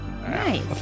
Nice